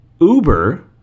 Uber